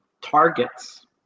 targets